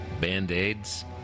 band-aids